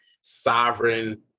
sovereign